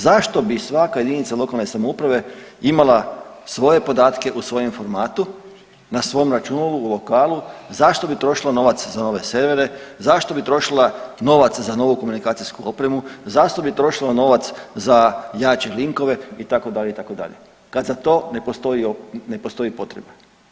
Zašto bi svaka jedinica lokalne samouprave imala svoje podatke u svojem formatu, na svom računalu u lokalu, zašto bi trošila novaca za nove servere, zašto bi trošila novac za novu komunikacijsku opremu, zašto bi trošila novac za jače linkove itd., itd. kad za to ne postoji potreba.